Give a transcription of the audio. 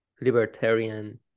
libertarian